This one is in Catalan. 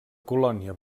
colònia